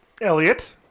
Elliot